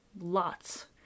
lots